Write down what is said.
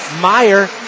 Meyer